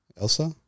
Elsa